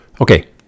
Okay